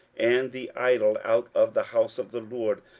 and the idol out of the house of the lord,